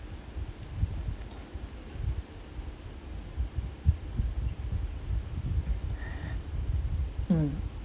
mm